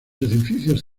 edificios